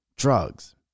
Drugs